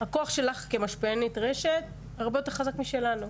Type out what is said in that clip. הכוח שלך כמשפיענית רשת הרבה יותר חזק משלנו,